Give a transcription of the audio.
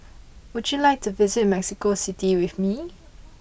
would you like to visit Mexico City with me